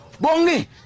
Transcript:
Bongi